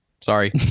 sorry